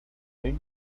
the